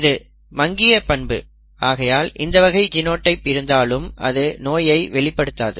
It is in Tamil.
இது மங்கிய பண்பு ஆகையால் இந்த வகை ஜினோடைப் இருந்தாலும் அது நோயை வெளிப்படுத்தாது